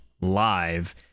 Live